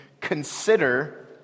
consider